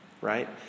Right